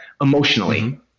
emotionally